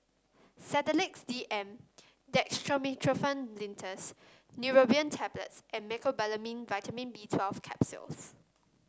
Sedilix D M Dextromethorphan Linctus Neurobion Tablets and Mecobalamin Vitamin B Twelve Capsules